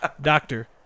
Doctor